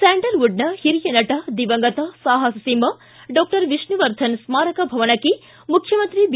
ಸ್ಟಾಂಡಲ್ವುಡ್ನ ಹಿರಿಯ ನಟ ದಿವಂಗತ ಸಾಹಸ ಸಿಂಹ ಡಾಕ್ಟರ್ ವಿಷ್ಣುವರ್ಧನ್ ಸ್ಮಾರಕ ಭವನಕ್ಕೆ ಮುಖ್ಯಮಂತ್ರಿ ಬಿ